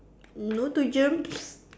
no to germs